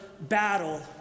battle